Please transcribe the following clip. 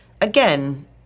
Again